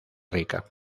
rica